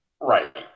Right